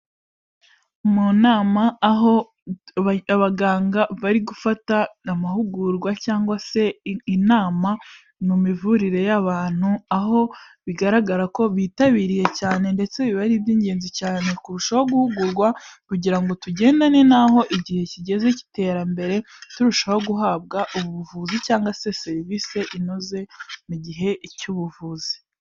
Mu nama aho abaganga bari gufata amahugurwa cyangwa se inama mu mivurire y'abantu, aho bigaragara ko bitabiriye cyane ndetse biba ari iby'ingenzi cyane kurushaho guhugurwa kugira ngo tugendane n'aho igihe kigeze cy'iterambere, turushaho guhabwa ubuvuzi cyangwa serivisi inoze mu gihe cy'ubuvuzi.